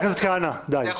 מתן כהנא, תודה.